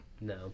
No